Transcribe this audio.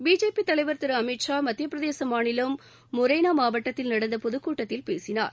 BJP தலைவர் திரு அமித் ஷா மத்தியப்பிரதேச மாநிலம் மொரேனா மாவட்டத்தில் நடந்த பொதுக் கூட்டத்தில் பேசினார்